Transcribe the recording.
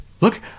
look